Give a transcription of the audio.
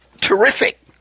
terrific